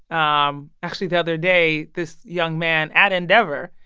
um actually the other day, this young man at endeavor,